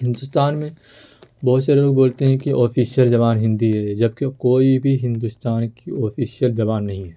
ہندوستان میں بہت سے لوگ بولتے ہیں کہ آفیسیل زبان ہندی ہے جبکہ کوئی بھی ہندوستان کی آفیشیل زبان نہیں ہے